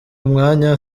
umwanya